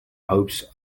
hopes